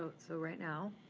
so right now,